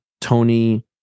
tony